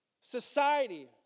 Society